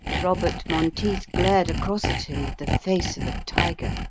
robert monteith glared across at him with the face of a tiger.